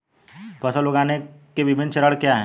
फसल उगाने के विभिन्न चरण क्या हैं?